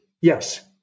Yes